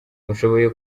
mushoboye